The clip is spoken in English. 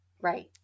Right